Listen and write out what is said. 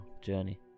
journey